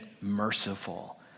merciful